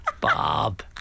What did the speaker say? Bob